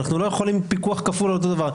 אנחנו לא יכולים לבצע פיקוח כפול על אותו הדבר.